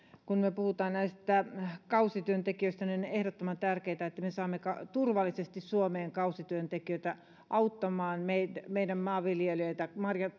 kun me puhumme näistä kausityöntekijöistä niin on ehdottoman tärkeätä että me saamme turvallisesti suomeen kausityöntekijöitä auttamaan meidän meidän maanviljelijöitä